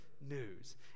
news